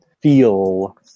feel